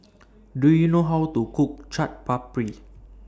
Do YOU know How to Cook Chaat Papri